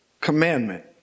commandment